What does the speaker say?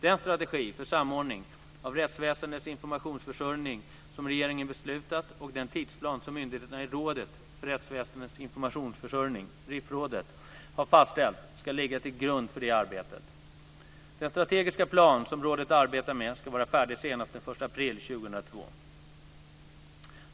Den strategi för samordning av rättsväsendets informationsförsörjning som regeringen beslutat och den tidsplan som myndigheterna i Rådet för rättsväsendets informationsförsörjning, RIF-rådet, har fastställt ska ligga till grund för det arbetet. Den strategiska plan som rådet arbetar med ska vara färdig senast den 1 april 2002.